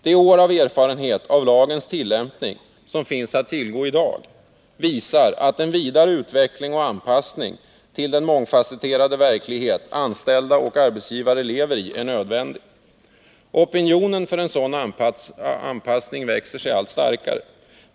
Den erfarenhet av lagens tillämpning som finns att tillgå i dag visar att en vidare utveckling och anpassning till den mångfasetterade verklighet anställda och arbetsgivare lever i är nödvändig. Opinionen för en sådan anpassning växer sig allt starkare.